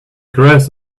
grass